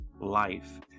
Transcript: life